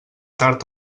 tard